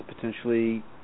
potentially